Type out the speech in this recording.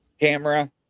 camera